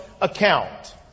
account